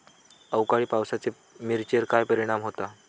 अवकाळी पावसाचे मिरचेर काय परिणाम होता?